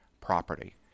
property